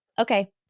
Okay